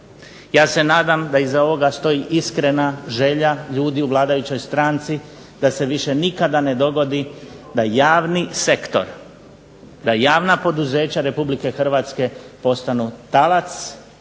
Ja se nadam da iza ovoga stoji iskrena želja ljudi u vladajućoj stranci da se više nikada ne dogodi da javni sektor, da javna poduzeća RH postanu talac